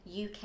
UK